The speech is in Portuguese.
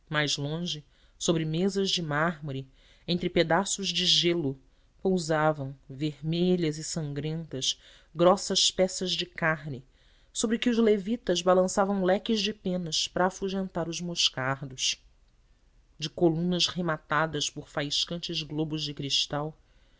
longe sobre mesas de mármore entre pedaços de gelo pousavam vermelhas e sangrentas grossas peças de carne sobre que os levitas balançavam leques de penas para afugentar os moscardos de colunas rematadas por faiscantes globos de cristal